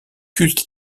culte